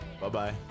Bye-bye